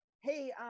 Hey